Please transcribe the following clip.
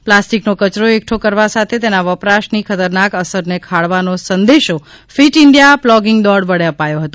પ્લાસ્ટિકનો કચરો એકઠો કરવા સાથે તેના વપરાશની ખતરનાક અસરને ખાળવાનો સંદેશો ફીટ ઇન્ડિયા પ્લોગિંગ દોડ વડે અપાયો હતો